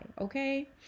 Okay